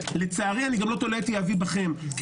לצערי גם איני תולה את יהבי בכם כי